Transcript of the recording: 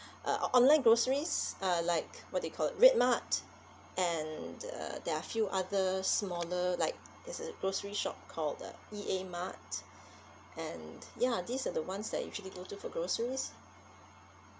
uh o~ online groceries uh like what they call it redmart and uh there are few other smaller like there's a grocery shop called the E_A mart and ya these are the ones that I usually go to for groceries